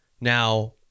Now